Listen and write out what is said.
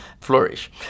flourish